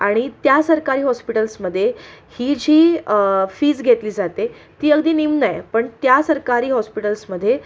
आणि त्या सरकारी हॉस्पिटल्समध्ये ही जी फीज घेतली जाते ती अगदी निम्न आहे पण त्या सरकारी हॉस्पिटल्समध्ये